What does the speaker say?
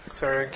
sorry